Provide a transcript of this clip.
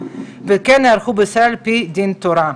וכן ייערכו בישראל על פי דיון תורה.